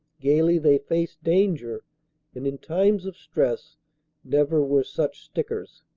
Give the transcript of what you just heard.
gaily they faced danger and in times of stress never were such stickers.